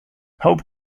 home